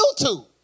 YouTube